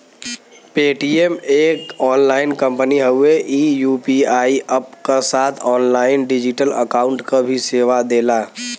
Paytm एक online company हउवे ई यू.पी.आई अप्प क साथ ऑनलाइन डिजिटल अकाउंट क भी सेवा देला